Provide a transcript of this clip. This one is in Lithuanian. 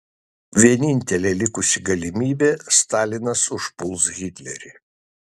vienintelė likusi galimybė stalinas užpuls hitlerį